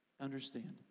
understand